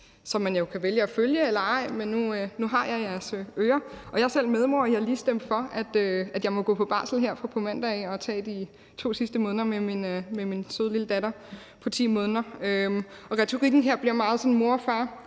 som man jo kan vælge at følge eller ej, men nu har jeg jeres ører. Jeg er selv medmor, og jeg har lige stemt for, at jeg må gå på barsel her fra på mandag og tage de 2 sidste måneder med min søde, lille datter på 10 måneder. Retorikken her bliver meget sådan mor og far,